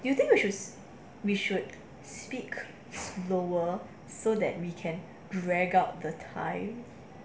you think you should we should speak slower so that we can drag out the time